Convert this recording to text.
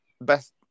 Best